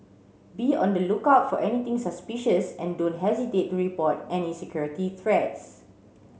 be on the lookout for anything suspicious and don't hesitate to report any security threats